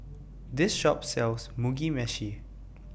This Shop sells Mugi Meshi